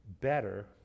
better